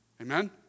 Amen